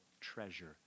treasure